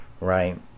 Right